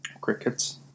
Crickets